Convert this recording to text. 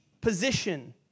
position